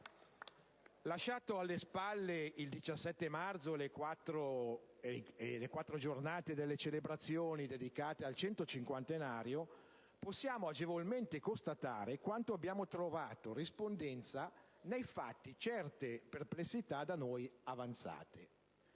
Lasciati alle spalle il 17 marzo e le quattro giornate delle celebrazioni dedicate al centocinquantenario, possiamo agevolmente constatare quanto abbiano trovato rispondenza nei fatti certe perplessità da noi avanzate.